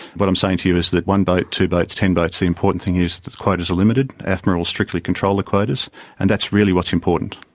what i'm saying to you is that one boat, two boats, ten boats the important thing is that quotas are limited. afma will strictly control control the quotas and that's really what's important.